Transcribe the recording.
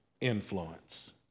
Influence